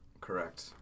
Correct